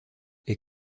est